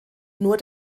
nur